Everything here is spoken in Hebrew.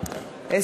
לרשותך.